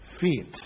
feet